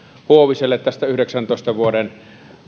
huoviselle tästä yhdeksäntoista vuoden